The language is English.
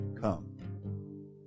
Come